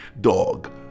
dog